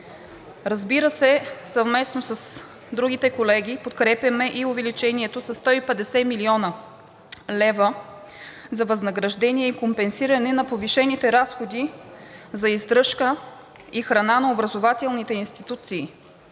Разбира се, съвместно с другите колеги подкрепяме и увеличението със 150 млн. лв. за възнаграждения и компенсиране на повишените разходи за издръжка и храна на образователните институции